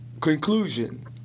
conclusion